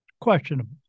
questionable